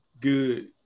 good